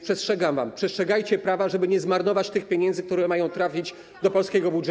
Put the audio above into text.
Przestrzegam więc was: przestrzegajcie prawa, żeby nie zmarnować tych pieniędzy, które mają trafić do polskiego budżetu.